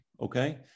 Okay